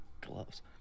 Gloves